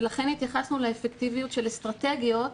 ולכן התייחסנו לאפקטיביות של אסטרטגיות